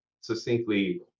succinctly